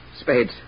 Spades